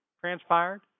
transpired